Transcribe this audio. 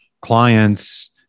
clients